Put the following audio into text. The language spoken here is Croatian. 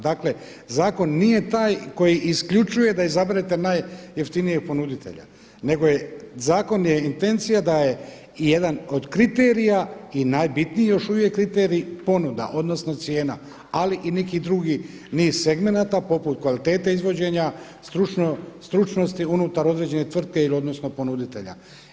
Dakle, zakon nije taj koji isključuje da izaberete najjeftinijeg ponuditelja nego zakon je intencija da je jedan od kriterija i najbitniji još uvijek kriterij ponuda odnosno cijena, ali i neki drugi niz segmenata poput kvalitete izvođenja, stručnosti unutar određene tvrtke ili odnosno ponuditelja.